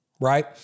Right